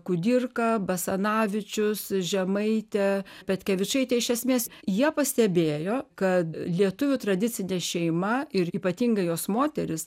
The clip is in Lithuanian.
kudirka basanavičius žemaitė petkevičaitė iš esmės jie pastebėjo kad lietuvių tradicinė šeima ir ypatingai jos moteris